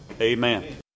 Amen